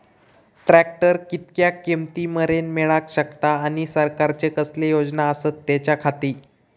Tractor कितक्या किमती मरेन मेळाक शकता आनी सरकारचे कसले योजना आसत त्याच्याखाती?